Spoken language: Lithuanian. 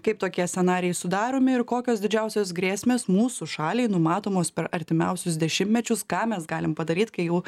kaip tokie scenarijai sudaromi ir kokios didžiausios grėsmės mūsų šaliai numatomos per artimiausius dešimtmečius ką mes galim padaryt kai jau